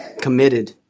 committed